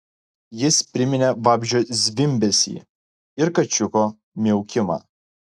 jis priminė vabzdžio zvimbesį ir kačiuko miaukimą